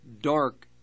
dark